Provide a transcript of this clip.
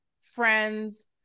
friends